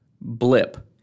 blip